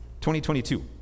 2022